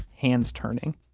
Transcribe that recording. hands turning.